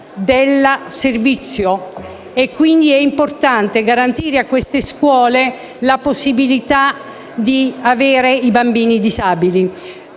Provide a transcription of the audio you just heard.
del servizio e, quindi, è importante garantire a esse la possibilità di accogliere i bambini disabili.